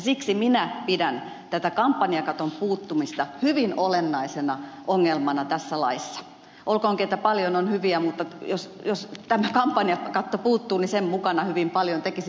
siksi minä pidän tätä kampanjakaton puuttumista hyvin olennaisena ongelmana tässä laissa olkoonkin että paljon on hyvää mutta jos tämä kampanjakatto puuttuu niin sen mukana hyvin paljon tekisi mieli sanoa kaikki